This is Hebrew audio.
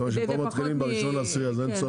למרות פה מתחילים ב-1 באוקטובר אז אין צורך